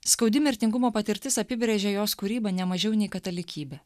skaudi mirtingumo patirtis apibrėžia jos kūrybą ne mažiau nei katalikybė